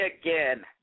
again